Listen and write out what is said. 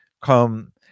come